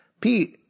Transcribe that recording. Pete